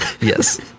yes